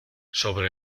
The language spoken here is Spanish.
sobre